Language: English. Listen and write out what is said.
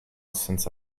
since